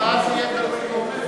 עד ההצבעה זה יהיה תלוי ועומד.